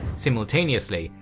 simultaneously,